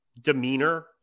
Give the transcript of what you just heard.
demeanor